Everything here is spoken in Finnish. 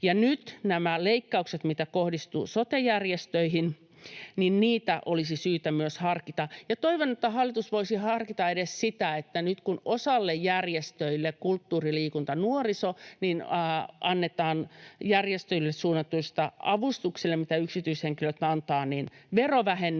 näitä leikkauksia, mitkä kohdistuvat sote-järjestöihin, olisi syytä myös harkita. Toivon, että hallitus voisi harkita edes sitä, että nyt kun osalle järjestöjä — kulttuuri-, liikunta-, nuoriso- — annetaan yksityishenkilöiden järjestöille antamista avustuksista verovähennystä,